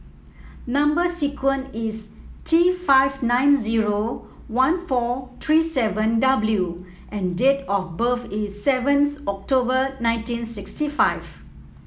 number sequence is T five nine zero one four three seven W and date of birth is seventh October nineteen sixty five